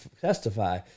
testify